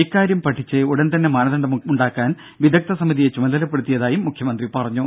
ഇക്കാര്യം പഠിച്ച് ഉടൻതന്നെ മാനദണ്ഡമുണ്ടാക്കാൻ വിദഗ്ദ്ധ സമിതിയെ ചുതമലപ്പെടുത്തിയതായും മുഖ്യമന്ത്രി അറിയിച്ചു